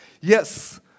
Yes